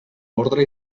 ordre